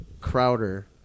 Crowder